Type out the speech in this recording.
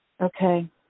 Okay